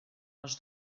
les